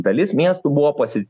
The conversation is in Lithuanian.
dalis miestų buvo pasi